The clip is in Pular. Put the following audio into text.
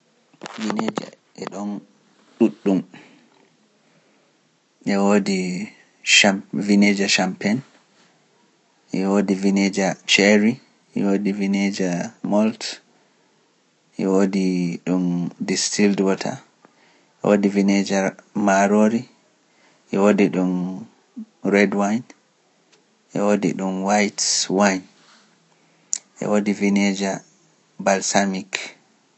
Vineeja e ɗoon ɗuuɗɗum, e woodi vineeja champagne, e woodi vineeja cherry, e woodi vineeja malt, e woodi ɗum distilled wota, e woodi vineeja maaroori, e woodi ɗum red wine, e woodi ɗum white wine, e woodi vineeja balsamic.